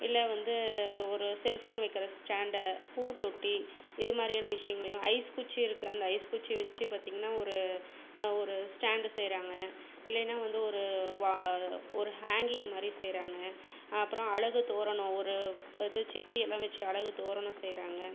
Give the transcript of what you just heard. இல்லை வந்து ஒரு செல் ஃபோன் வைக்கிற ஸ்டாண்ட் பூந்தொட்டி இது மாதிரியான விஷயங்களையும் ஐஸ் குச்சி இருக்குது அந்த ஐஸ் குச்சி வைச்சு பார்த்தீங்கனா ஒரு ஒரு ஸ்டாண்ட் செய்கிறாங்க இல்லையனா வந்து ஒரு வா ஒரு ஹேங்கிங் மாதிரி செய்கிறாங்க அப்புறம் அழகு தோரணம் ஒரு சிப்பியெல்லாம் வைச்சு அழகு தோரணம் செய்கிறாங்க